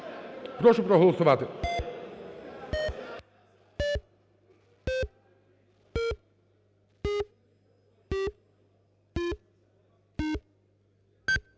прошу проголосувати.